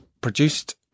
produced